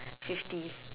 fifty